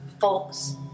folks